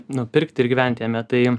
nupirkti ir gyventi jame tai